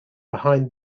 behind